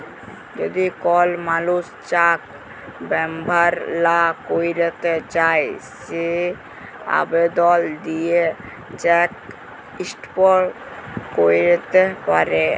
যদি কল মালুস চ্যাক ব্যাভার লা ক্যইরতে চায় সে আবদল দিঁয়ে চ্যাক ইস্টপ ক্যইরতে পারে